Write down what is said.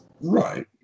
right